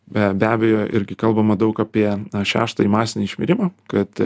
be be abejo irgi kalbama daug apie šeštąjį masinį išmirimą kad